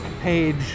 page